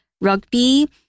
rugby